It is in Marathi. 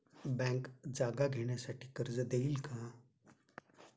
बँक जागा घेण्यासाठी कर्ज देईल का?